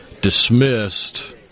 dismissed